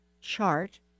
chart